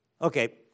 Okay